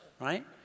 right